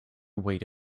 wait